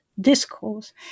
discourse